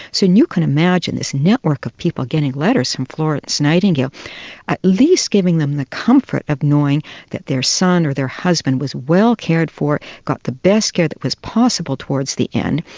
so you can imagine this network of people getting letters from florence nightingale at least giving them the comfort of knowing that their son or their husband was well cared for, got the best care that was possible towards the end,